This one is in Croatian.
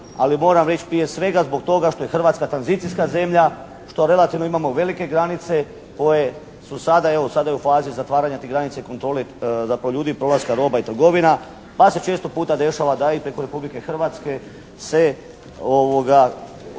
ali moram reći prije svega zbog toga što je Hrvatska tranzicijska zemlja, što relativno imamo velike granice koje su sada u fazi zatvaranja tih granica i kontrole zapravo ljudi, prolaska roba i trgovina pa se često puta dešava da … Republike Hrvatske se pomoću